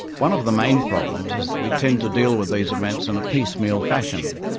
one of the main problems is that we tend to deal with these events in a piecemeal fashion,